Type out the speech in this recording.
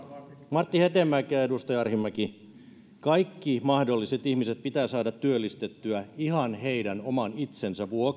martti hetemäkeä edustaja arhinmäki kaikki mahdolliset ihmiset pitää saada työllistettyä ihan heidän oman itsensä vuoksi heidän